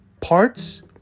parts